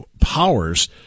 powers